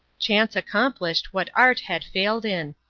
chance accomplished what art had failed in.